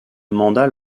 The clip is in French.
mandat